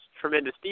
tremendous